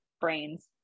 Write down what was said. brains